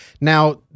Now